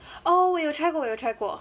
orh 我有 try 过我有 try 过